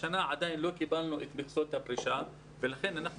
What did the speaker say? השנה עדיין לא קיבלנו את מכסות הפרישה ולכן אנחנו